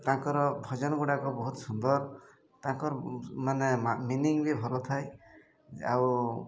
ତାଙ୍କର ଭଜନ ଗୁଡ଼ିକ ବହୁତ ସୁନ୍ଦର ତାଙ୍କର ମାନେ ମିନିଂ ବି ଭଲ ଥାଏ ଆଉ